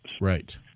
right